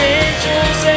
angels